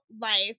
life